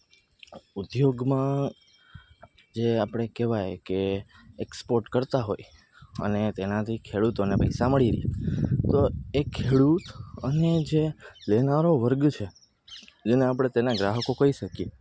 ઉદ્યોગમાં જે આપણે કહેવાય એક્સપોટ કરતા હોય અને તેનાથી ખેડૂતોને પૈસા મળી રહે તો એ ખેડૂત અને જે લેનારો વર્ગ છે જેને આપણે તેના ગ્રાહકો કહી શકીએ